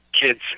kids